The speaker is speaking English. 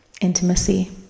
intimacy